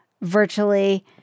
virtually